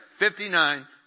59